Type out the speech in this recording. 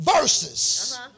verses